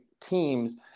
teams